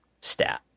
stat